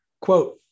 Quote